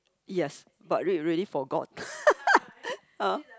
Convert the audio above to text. yes but read already forgot